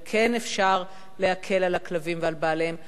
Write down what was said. כן אפשר להקל על הכלבים ועל בעליהם.